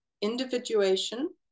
individuation